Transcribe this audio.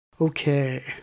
Okay